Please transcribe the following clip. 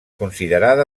considerada